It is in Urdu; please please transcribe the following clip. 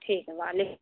ٹھیک ہے وعلے